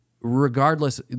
regardless